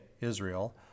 Israel